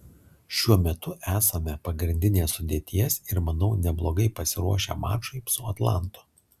šiuo metu esame pagrindinės sudėties ir manau neblogai pasiruošę mačui su atlantu